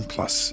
Plus